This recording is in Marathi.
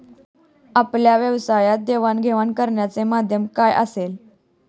आपल्या व्यवसायात देवाणघेवाण करण्याचे माध्यम काय असेल?